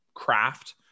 craft